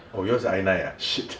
oh yours I nine ah